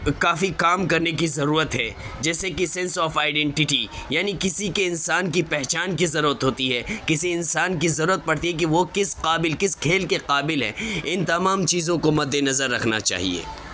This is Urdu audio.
کافی کام کرنے کی ضرورت ہے جیسے کہ سینس آف آئیڈینٹٹی یعنی کسی کے انسان کی پہچان کی ضرورت ہوتی ہے کسی انسان کی ضرورت پڑتی ہے کہ وہ کس قابل کس کھیل کے قابل ہے ان تمام چیزوں کو مد نظر رکھنا چاہیے